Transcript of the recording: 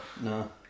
No